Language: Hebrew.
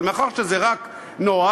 אבל מאחר שזה רק נוהל,